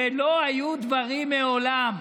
ולא היו דברים מעולם,